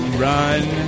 run